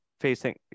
facing